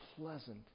pleasant